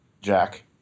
Jack